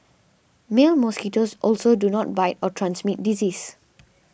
male mosquitoes also do not bite or transmit disease